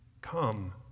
Come